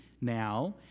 now